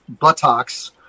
buttocks